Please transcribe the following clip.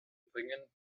bringen